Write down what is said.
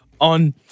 on